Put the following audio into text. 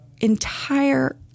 entire